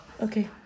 Okay